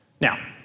Now